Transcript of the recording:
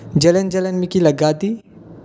जलन जलन मिगी लग्गै दी